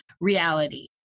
reality